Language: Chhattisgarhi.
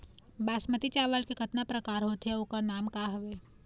बासमती चावल के कतना प्रकार होथे अउ ओकर नाम क हवे?